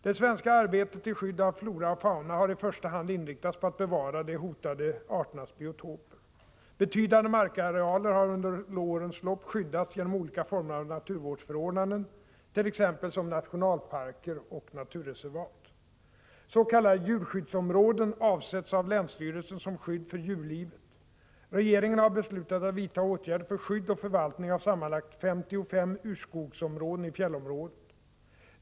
Det svenska arbetet till skydd av flora och fauna har i första hand inriktats på att bevara de hotade arternas biotoper. Betydande markarealer har under årens lopp skyddats genom olika former av naturvårdsförordnanden, t.ex. nationalparker och naturreservat. S.k. djurskyddsområden avsätts av länsstyrelsen som skydd för djurlivet. Regeringen har beslutat att vidta åtgärder för skydd och förvaltning av sammanlagt 55 urskogsområden i fjällområdet.